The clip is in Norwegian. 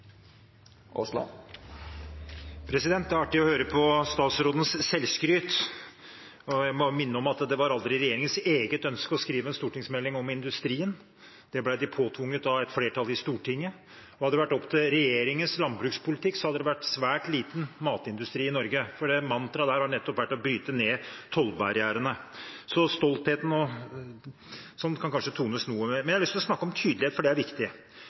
Det vert replikkordskifte. Det er artig å høre på statsrådens selvskryt. Jeg må minne om at det var aldri regjeringens eget ønske å skrive en stortingsmelding om industrien. Det ble de påtvunget av et flertall i Stortinget. Hadde det vært opp til regjeringens landbrukspolitikk, hadde det vært svært liten matindustri i Norge, for mantraet deres har nettopp vært å bryte ned tollbarrierene. Så stoltheten kan kanskje tones noe ned. Jeg har lyst til å snakke om tydelighet, for det er viktig.